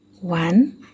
one